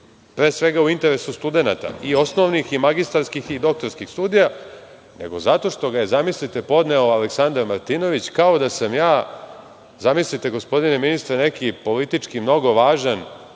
pre svega u interesu studenata i osnovnih i magistarskih i doktorskih studija, nego zato što ga je, zamislite, podneo Aleksandar Martinović, kao da sam ja, zamislite, gospodine ministre, politički mnogo važan